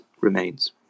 remains